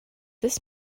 this